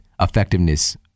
effectiveness